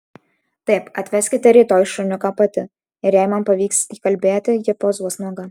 taip atveskite rytoj šuniuką pati ir jei man pavyks įkalbėti ji pozuos nuoga